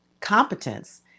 competence